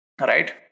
Right